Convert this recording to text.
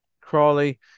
Crawley